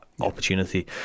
opportunity